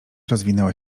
rozwinęła